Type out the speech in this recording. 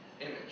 image